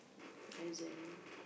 present